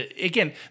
Again